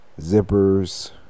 zippers